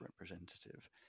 representative